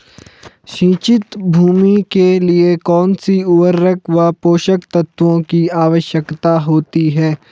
सिंचित भूमि के लिए कौन सी उर्वरक व पोषक तत्वों की आवश्यकता होती है?